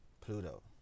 Pluto